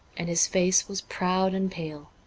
and his face was proud and pale,